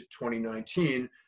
2019